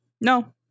no